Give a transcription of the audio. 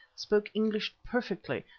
spoke english perfectly,